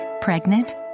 pregnant